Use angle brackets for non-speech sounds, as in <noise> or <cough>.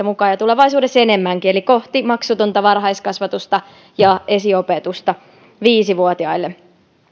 <unintelligible> mukaan ja tulevaisuudessa enemmänkin eli menemme kohti maksutonta varhaiskasvatusta ja esiopetusta viisi vuotiaille